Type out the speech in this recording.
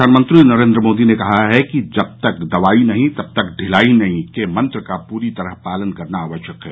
प्रधानमंत्री नरेन्द्र मोदी ने कहा है कि जब तक दवाई नहीं तब तक ढिलाई नहीं के मंत्र का पूरी तरह पालन करना आवश्यक है